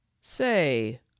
say